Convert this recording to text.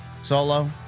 solo